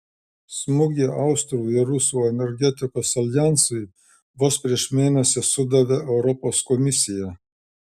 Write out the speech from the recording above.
smūgį austrų ir rusų energetikos aljansui vos prieš mėnesį sudavė europos komisija